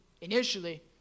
initially